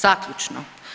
Zaključno.